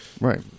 Right